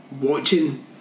watching